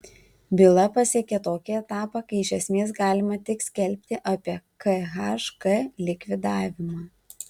byla pasiekė tokį etapą kai iš esmės galima tik skelbti apie khk likvidavimą